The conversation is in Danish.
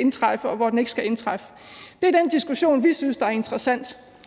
indtræffe, og hvornår den ikke skal indtræffe. Det er den diskussion, vi synes er interessant.